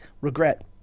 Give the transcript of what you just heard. regret